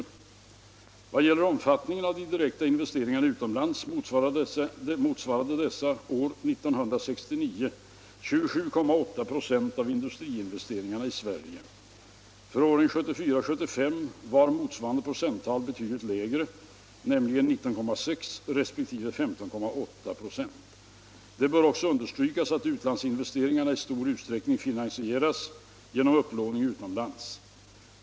I vad gäller omfattningen av de direkta investeringarna utomlands motsvarade dessa år 1969 27,8 926 av industriinvesteringarna i Sverige. För åren 1974 och 1975 var motsvarande procenttal betydligt lägre, nämligen 19,6 resp. 15,8. Det bör också understrykas att utlandsinvesteringarna i stor utsträckning finansieras genom upplåning utomlands.